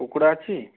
କୁକୁଡ଼ା ଅଛି